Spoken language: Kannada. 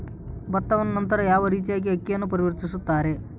ಭತ್ತವನ್ನ ನಂತರ ಯಾವ ರೇತಿಯಾಗಿ ಅಕ್ಕಿಯಾಗಿ ಪರಿವರ್ತಿಸುತ್ತಾರೆ?